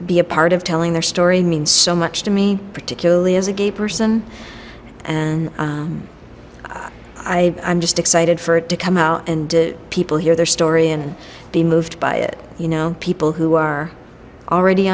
be a part of telling their story means so much to me particularly as a gay person and i am just excited for it to come out and people hear their story and be moved by it you know people who are already